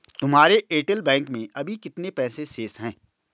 तुम्हारे Airtel bank में अभी कितने पैसे शेष हैं?